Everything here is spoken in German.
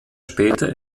später